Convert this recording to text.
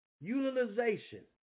utilization